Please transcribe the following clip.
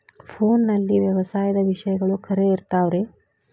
ಫೋನಲ್ಲಿ ವ್ಯವಸಾಯದ ವಿಷಯಗಳು ಖರೇ ಇರತಾವ್ ರೇ?